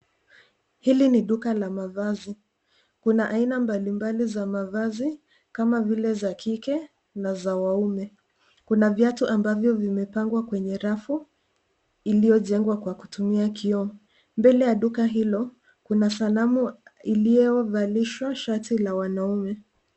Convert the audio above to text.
Hili ni duka la mavazi. Kuna aina mbalimbali za mavazi kama vile za kike na za waume. Kuna viatu ambavyo vimepangwa kwenye rafu iliyojengwa kwa kutumia kioo. Mbele ya duka hilo kuna sanamu iliyovalishwa shati la wanaume.